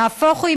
נהפוך הוא,